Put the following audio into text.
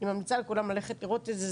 אני ממליצה לכולם ללכת לראות את זה.